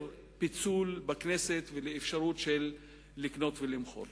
פיצול בכנסת ולאפשרות של לקנות ולמכור.